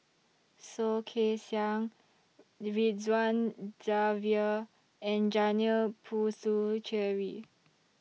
Soh Kay Siang Ridzwan Dzafir and Janil Puthucheary